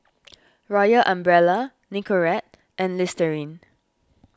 Royal Umbrella Nicorette and Listerine